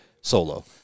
solo